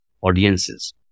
audiences